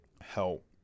help